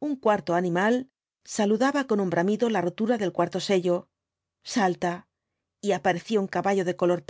el cuarto animal saludaba con un bramido la rotura del cuarto sello salta y aparecía un caballo de color